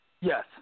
Yes